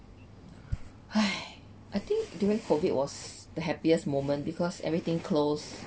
I think during COVID it was the happiest moment because everything close